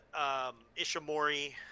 Ishimori